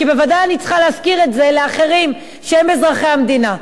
כי בוודאי אני צריכה להשכיר את זה לאחרים שהם אזרחי המדינה.